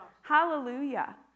Hallelujah